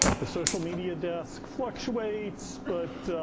the social media desk fluctuates but,